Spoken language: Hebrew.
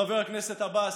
חבר הכנסת עבאס,